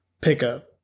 pickup